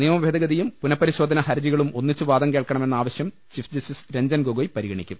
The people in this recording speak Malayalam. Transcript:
നിയമഭേദഗതിയും പുനഃപരിശോധനാ ഹർജികളും ഒന്നിച്ചു വാദം കേൾക്കണമെന്ന ആവശ്യം ചീഫ് ജസ്റ്റിസ് രഞ്ജൻ ഗോഗൊയ് പരിഗണിക്കും